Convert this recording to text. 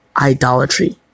idolatry